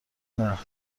نظر